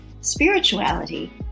spirituality